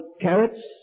Carrots